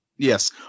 Yes